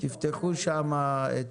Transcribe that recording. תפתחו שם.